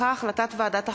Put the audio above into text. שאמה-הכהן,